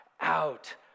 out